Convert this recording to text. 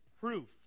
proof